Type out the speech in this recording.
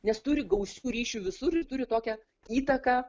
nes turi gausių ryšių visur ir turi tokią įtaką